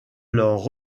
leur